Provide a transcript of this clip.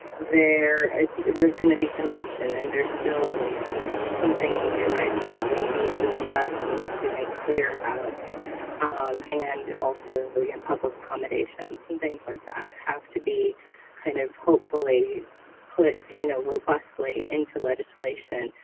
there is there's going to be some tension and there's still some things when they arise and that we need to address and we need to make clear about and also we in public accommodations and things like that have to be kind of hopefully put you know robustly into legislation.